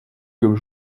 comme